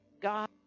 God